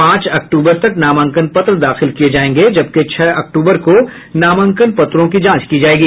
पांच अक्टूबर तक नामांकन पत्र दाखिल किए जाएंगे जबकि छह अक्टूबर को नामांकन पत्रों की जांच की जाएगी